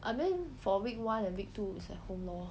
I mean for week one and week two is at home lor